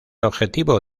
objetivo